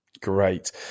great